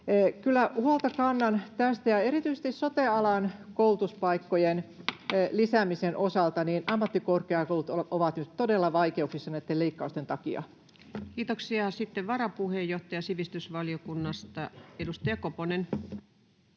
koputtaa] ja erityisesti sote-alan koulutuspaikkojen lisäämisen osalta ammattikorkeakoulut ovat nyt todella vaikeuksissa näitten leikkausten takia. Kiitoksia. — Sitten varapuheenjohtaja sivistysvaliokunnasta, edustaja Koponen.